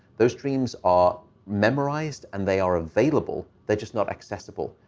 those dreams are memorized, and they are available. they're just not accessible.